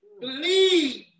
Believe